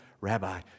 Rabbi